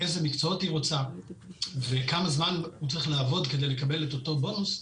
אילו מקצועות היא רוצה וכמה זמן צריך לעבוד על מנת לקבל את אותו בונוס,